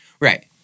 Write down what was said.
Right